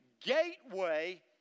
gateway